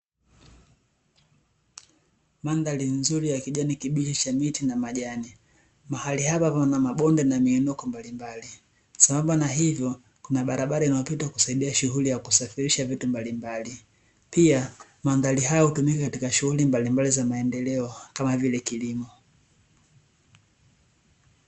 Mandhari nzuri ya kijani kibichi cha miti na majani. Mahali hapa pana mabonde na miinuko mbalimbali. Sambamba na hivyo, kuna barabara inayopita kusaidia shughuli ya kusafirisha vitu mbalimbali. Pia, mandhari hayo hutumika katika shughuli mbalimbali za maendeleo kama vile kilimo.